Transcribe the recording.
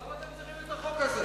אז למה אתם צריכים את החוק הזה?